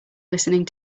listening